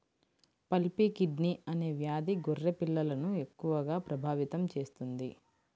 pulpy kidney అనే వ్యాధి గొర్రె పిల్లలను ఎక్కువగా ప్రభావితం చేస్తుంది